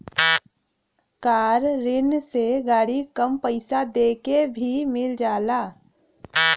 कार ऋण से गाड़ी कम पइसा देके भी मिल जाला